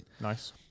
Nice